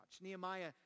Nehemiah